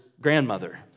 grandmother